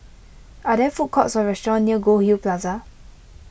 are there food courts or restaurants near Goldhill Plaza